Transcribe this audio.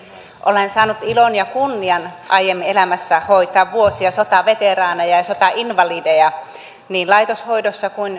olen saanut ilon ja kunnian aiemmin elämässäni hoitaa vuosia sotaveteraaneja ja sotainvalideja niin laitoshoidossa kuin kotisairaanhoidossa